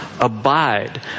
Abide